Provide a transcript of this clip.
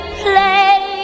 play